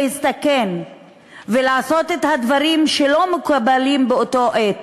הוא להסתכן ולעשות את הדברים שלא מקובלים באותה העת,